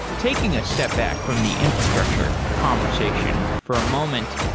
taking a step back from the infrastructure conversation for a moment,